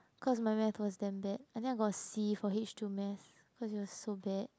cause my math was damn bad and then I got C for H two math cause it was so bad